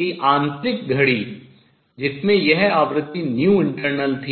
कि आंतरिक घड़ी जिसमें यह आवृत्ति internal थी